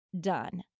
done